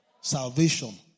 Salvation